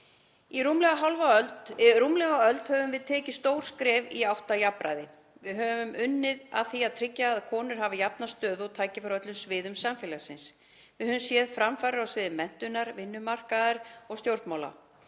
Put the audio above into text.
Í rúmlega öld höfum við tekið stór skref í átt að jafnræði. Við höfum unnið að því að tryggja að konur hafi jafna stöðu og tækifæri á öllum sviðum samfélagsins. Við höfum séð framfarir á sviði menntunar, vinnumarkaðar og stjórnmála.